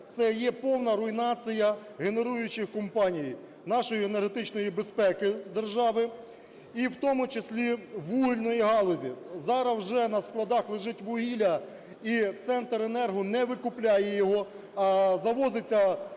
Це є повна руйнація генеруючих компаній, нашої енергетичної безпеки держави, і в тому числі вугільної галузі. Зараз вже на складах лежить вугілля, і "Центренерго" не викупляє його, а завозиться вугілля